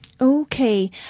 Okay